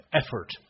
effort